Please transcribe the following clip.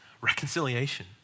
Reconciliation